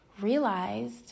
realized